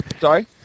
Sorry